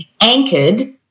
anchored